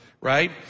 right